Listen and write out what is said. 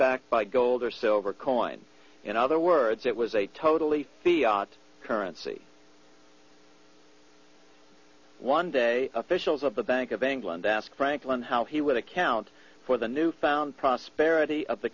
backed by gold or silver coin in other words it was a totally currency one day officials of the bank of england asked franklin how he would account for the newfound prosperity of the